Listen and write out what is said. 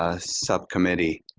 ah subcommittee.